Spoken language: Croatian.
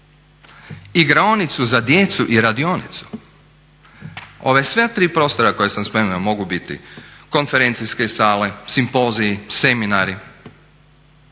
igraonicu za djecu i radionicu. Ova sva tri prostora koja sam spomenuo mogu biti konferencijske sale, simpoziji, seminari.